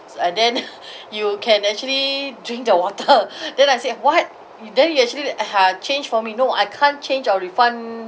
and then you can actually drink the water then I say what then you actually ha changed for me no I can't change or refund